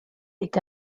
est